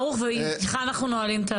ברוך ואיתה אנחנו נועלים.